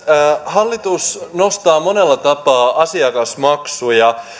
hallitus nostaa monella tapaa asiakasmaksuja